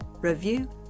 review